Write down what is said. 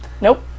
Nope